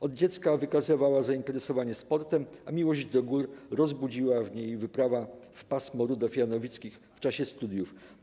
Od dziecka wykazywała zainteresowanie sportem, a miłość do gór rozbudziła w niej wyprawa w pasmo Rudaw Janowickich w czasie studiów.